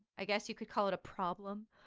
i guess you could call it a problem.